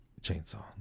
chainsaw